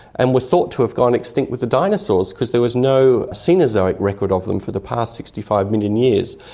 and were thought to have gone extinct with the dinosaurs because there was no cenozoic record of them for the past sixty five million years,